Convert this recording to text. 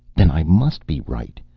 then i must be right.